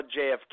JFK